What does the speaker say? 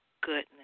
goodness